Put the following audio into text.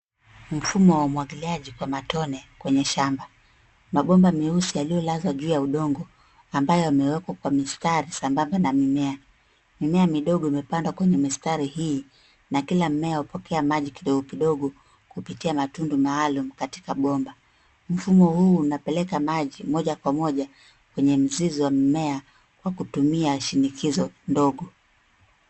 Mfumo wa umwagiliaji wa matone kwenye shamba. Mabomba meusi yaliyolazwa juu ya udongo ambayo yamewekwa kwa mistari sambamba na mimea. Mimea midogo imepandwa kwenye mistari hii na kila mmea hupokea maji kidogo kidogo kupitia matundu maalum katika bomba. Mfumo huu unapeleka maji moja kwa moja kwenye mzizi wa mimea kwa kutumia shinikizo ndogo.